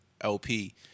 lp